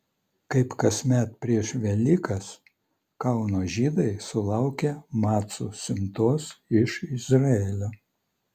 kaip kasmet prieš velykas kauno žydai sulaukė macų siuntos iš izraelio